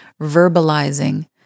verbalizing